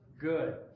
good